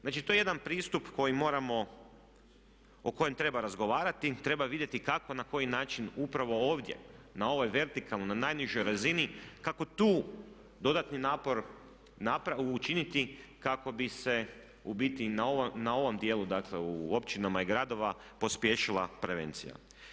Znači to je jedan pristup koji moramo, o kojem treba razgovarati, treba vidjeti kako i na koji način upravo ovdje na ovoj vertikalnoj, na najnižoj razini kako tu dodatni napor učiniti kako bi se u biti na ovom dijelu, dakle u općinama i gradovima pospješila prevencija.